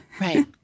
Right